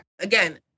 again